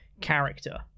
character